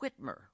Whitmer